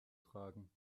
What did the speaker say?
tragen